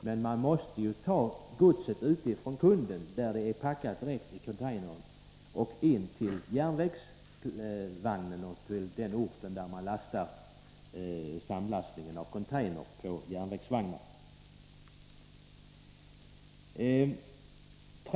Men man måste ju ta emot godset från kunden, där det är packat direkt i containrar, och transportera det in till järnvägen och vidare till den ort där samlastningen på järnvägsvagnar sker.